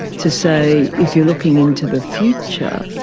to say if you're looking into the future,